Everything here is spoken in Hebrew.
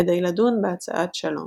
כדי לדון בהצעת שלום.